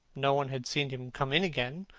no one had seen him come in again.